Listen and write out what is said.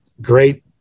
great